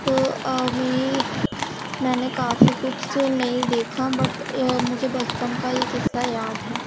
تو میری میں نے کافی کچھ تو نہیں دیکھا بٹ مجھے بچپن کا یہ قصہ یاد ہے